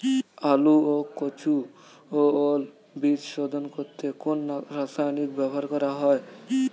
আলু ও কচু ও ওল বীজ শোধন করতে কোন রাসায়নিক ব্যবহার করা হয়?